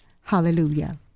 Hallelujah